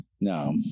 no